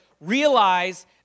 realize